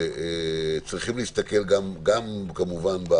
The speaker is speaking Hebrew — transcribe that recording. צריכים להסתכל גם כמובן על